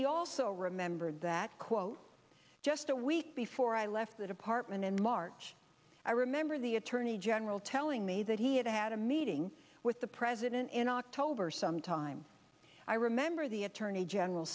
he also remembered that quote just a week before i left the department in march i remember the attorney general telling me that he had had a meeting with the president in october sometime i remember the attorney general